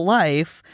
life